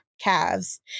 calves